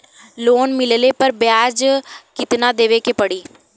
Loan मिलले पर ब्याज कितनादेवे के पड़ी?